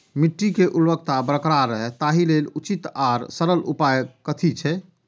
मिट्टी के उर्वरकता बरकरार रहे ताहि लेल उचित आर सरल उपाय कथी छे?